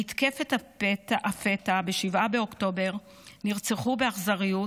במתקפת הפתע ב-7 באוקטובר נרצחו באכזריות